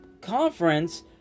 conference